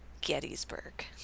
Gettysburg